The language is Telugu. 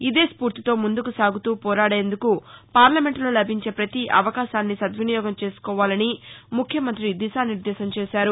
ఇదే స్పూర్తితో ముందుకు సాగుతూ పోరాదేందుకు పార్లమెంటులో లభించే పతి అవకాశాన్ని సద్వినియోగం చేసుకోవాలని దిశానిర్దేశం చేశారు